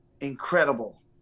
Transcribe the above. incredible